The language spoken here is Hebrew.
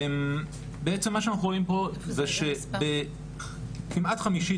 בעצם מה שאנחנו רואים פה זה שבכמעט חמישית